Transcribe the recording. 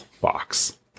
box